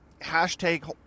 hashtag